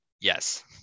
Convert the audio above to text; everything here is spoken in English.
yes